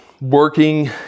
working